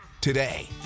today